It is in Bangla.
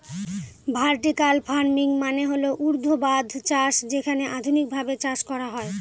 ভার্টিকাল ফার্মিং মানে হল ঊর্ধ্বাধ চাষ যেখানে আধুনিকভাবে চাষ করা হয়